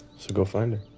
so go find